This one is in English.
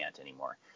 anymore